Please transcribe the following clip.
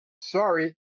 Sorry